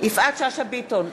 יפעת שאשא ביטון,